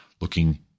looking